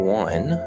one